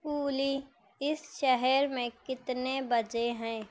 اولی اس شہر میں کتنے بجے ہیں